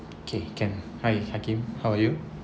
okay can hi hakeem how are you